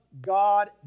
God